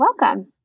Welcome